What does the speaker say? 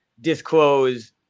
disclose